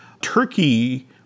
turkey